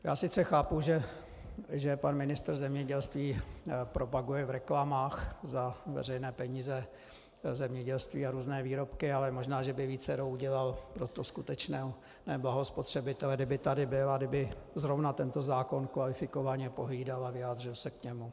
Já sice chápu, že pan ministr zemědělství propaguje v reklamách za veřejné peníze zemědělství a různé výrobky, ale možná že by více udělal pro to skutečné blaho spotřebitele, kdyby tady byl a kdyby tento zákon kvalifikovaně pohlídal a vyjádřil se k němu.